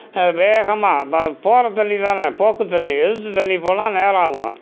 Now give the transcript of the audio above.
வேகமாக ப போகிற தண்ணி தான போக்கு தண்ணி எதிர்த்து தண்ணி போனால் நேரம் ஆகும்